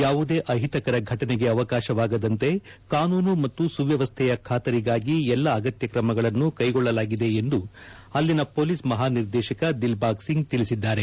ಯಾವುದೇ ಅಹಿತಕರ ಘಟನೆಗೆ ಅವಕಾಶವಾಗದಂತೆ ಕಾನೂನು ಮತ್ತು ಸುವ್ಯವಸ್ಥೆಯ ಬಾತರಿಗಾಗಿ ಎಲ್ಲ ಅಗತ್ಯ ಕ್ರಮಗಳನ್ನು ಕೈಗೊಳ್ಳಲಾಗಿದೆ ಎಂದು ಅಲ್ಲಿಯ ಪೊಲೀಸ್ ಮಹಾನಿರ್ದೇಶಕ ದಿಲ್ಬಾಗ್ ಸಿಂಗ್ ತಿಳಿಸಿದ್ದಾರೆ